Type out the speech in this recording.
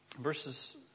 Verses